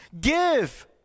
give